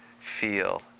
feel